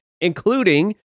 including